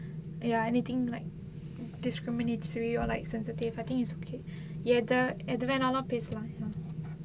ya anything like discriminatory or like sensetive I think is okay எது எது வேணாலும் பேசலாம்:ethu ethu venaalum pesalaam